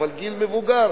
אבל גיל מבוגר?